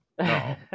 No